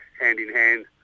hand-in-hand